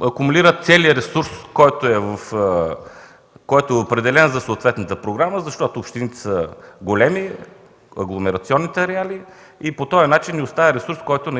акумулират целия ресурс, който е определен за съответната програма, защото общините са големи агломерационни ареали. По този начин не остава ресурс, който